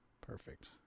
Perfect